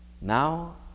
Now